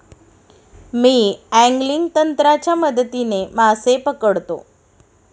मी angling तंत्राच्या मदतीने मासे पकडतो